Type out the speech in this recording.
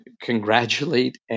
congratulate